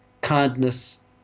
kindness